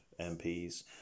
MPs